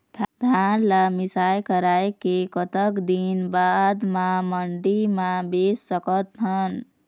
धान ला मिसाई कराए के कतक दिन बाद मा मंडी मा बेच सकथन?